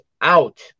out